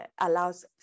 allows